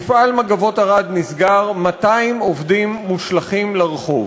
מפעל "מגבות ערד" נסגר, 200 עובדים נשלחים לרחוב.